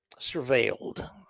surveilled